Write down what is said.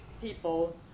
people